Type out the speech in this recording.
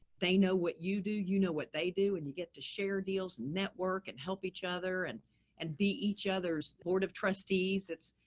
they know what you do, you know what they do, and you get to share deals and network and help each other and and be each other's board of trustees. it's,